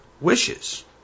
wishes